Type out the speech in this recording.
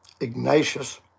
Ignatius